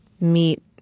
meet